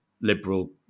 liberal